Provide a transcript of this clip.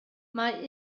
mae